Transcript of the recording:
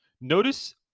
Notice